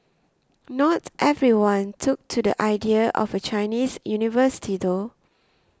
not everyone took to the idea of a Chinese university though